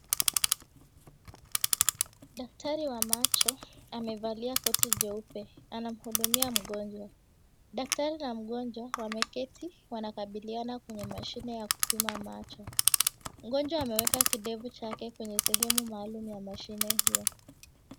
Daktari wa macho amevalia koti jeupe, anamhudumia mgonjwa. Daktari na mgonjwa wameketi wanakabiliana kwenye mashine ya kupima macho. Mgonjwa ameweka kidevu chake kwenye sehemu maalumu ya mashine hiyo.